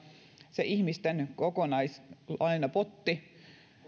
se ihmisten kokonaislainapotti